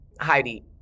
Heidi